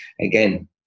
again